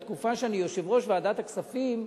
בתקופה שאני יושב-ראש ועדת הכספים,